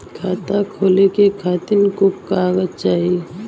खाता खोले के खातिर कुछ कागज चाही?